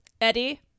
eddie